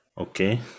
Okay